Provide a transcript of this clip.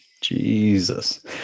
jesus